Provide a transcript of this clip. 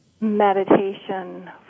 meditation